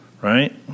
right